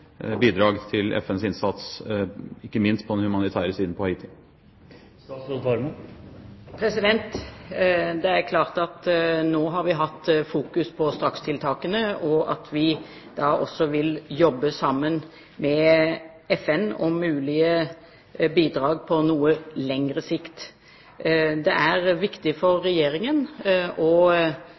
bidrag til FNs innsats, ikke minst på den humanitære siden på Haiti? Vi har nå fokusert på strakstiltakene og på at vi vil jobbe sammen med FN om mulige bidrag på noe lengre sikt. Det er viktig for Regjeringen å